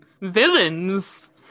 villains